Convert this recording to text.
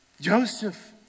Joseph